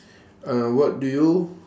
uh what do you